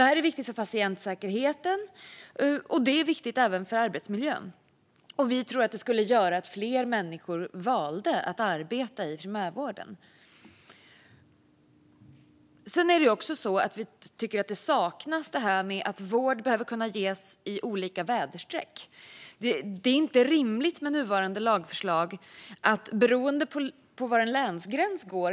Detta är viktigt för patientsäkerheten och även för arbetsmiljön, och vi tror att det skulle göra att fler människor väljer att arbeta i primärvården. Vi tycker också att det saknas något om att vård behöver kunna ges i olika väderstreck. Det är inte rimligt att det, som i nuvarande lagförslag, ska bero på var länsgränsen går om min vårdgaranti kommer att gälla.